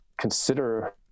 consider